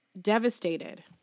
devastated